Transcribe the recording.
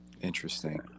Interesting